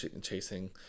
chasing